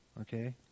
Okay